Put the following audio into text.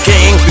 King